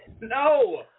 No